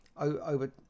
over